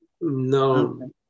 no